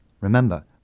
Remember